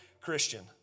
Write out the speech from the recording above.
Christian